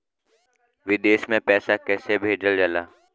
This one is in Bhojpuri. विदेश में पैसा कैसे भेजल जाला?